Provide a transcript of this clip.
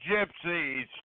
Gypsies